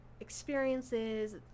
experiences